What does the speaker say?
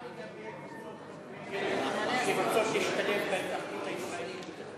מה לגבי קבוצות כדורגל שרוצות להשתלב בהתאחדות הישראלית?